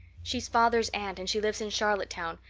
she's father's aunt and she lives in charlottetown.